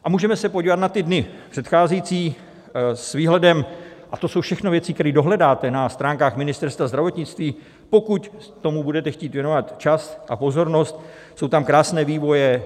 A můžeme se podívat na dny předcházející s výhledem, to jsou všechno věci, které dohledáte na stránkách Ministerstva zdravotnictví, pokud tomu budete chtít věnovat čas a pozornost, jsou tam krásné vývoje.